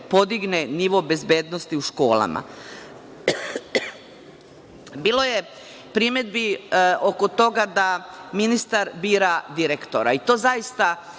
podigne nivo bezbednosti u školama. Bilo je primedbi oko toga da ministar bira direktora. To zaista